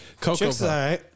cocoa